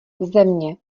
země